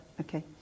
okay